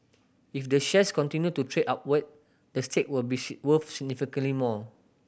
if the shares continue to trade upward the stake will be worth significantly more